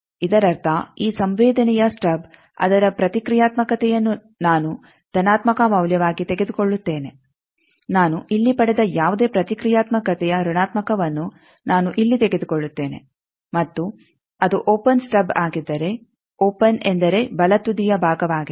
ಇದರರ್ಥ ಈ ಸಂವೇದನೆಯ ಸ್ಟಬ್ ಅದರ ಪ್ರತಿಕ್ರಿಯಾತ್ಮಕತೆಯನ್ನು ನಾನು ಧನಾತ್ಮಕ ಮೌಲ್ಯವಾಗಿ ತೆಗೆದುಕೊಳ್ಳುತ್ತೇನೆ ನಾನು ಇಲ್ಲಿ ಪಡೆದ ಯಾವುದೇ ಪ್ರತಿಕ್ರಿಯಾತ್ಮಕತೆಯ ಋಣಾತ್ಮಕವನ್ನು ನಾನು ಇಲ್ಲಿ ತೆಗೆದುಕೊಳ್ಳುತ್ತೇನೆ ಮತ್ತು ಅದು ಓಪೆನ್ ಸ್ಟಬ್ ಆಗಿದ್ದರೆ ಓಪೆನ್ ಎಂದರೆ ಬಲ ತುದಿಯ ಭಾಗವಾಗಿದೆ